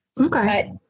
Okay